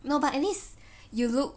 no but at least you look